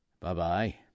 Bye-bye